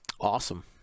Awesome